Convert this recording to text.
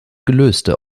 gelöste